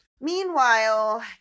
Meanwhile